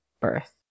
birth